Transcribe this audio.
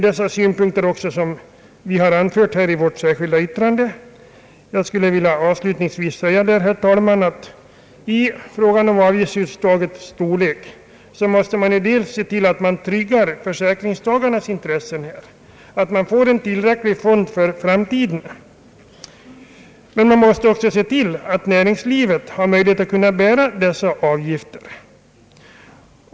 Dessa synpunkter har vi anfört i vårt särskilda yttrande. Avslutningsvis vill jag, herr talman, säga att när det gäller frågan om avgiftsuttagets storlek måste man dels se till att man tryggar försäkringstagarnas intresse, det vill säga att man får en tillräcklig fondbildning för framtiden, dels se till att näringslivet kan bära dessa avgifter.